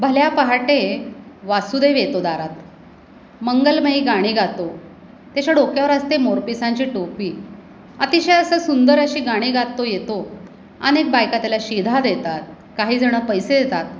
भल्या पहाटे वासुदेव येतो दारात मंगलमयी गाणी गातो त्याच्या डोक्यावर असते मोरपिसांची टोपी अतिशय असं सुंदर अशी गाणी गात तो येतो अनेक बायका त्याला शिधा देतात काहीजणं पैसे देतात